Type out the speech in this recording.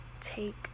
take